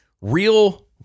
real